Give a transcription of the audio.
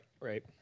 Right